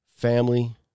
Family